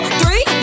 three